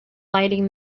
lighting